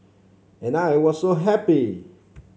and I was so happy